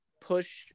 push